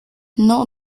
not